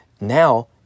now